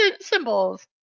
symbols